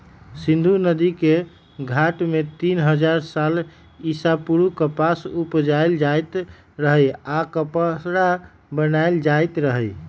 सिंधु नदिके घाट में तीन हजार साल ईसा पूर्व कपास उपजायल जाइत रहै आऽ कपरा बनाएल जाइत रहै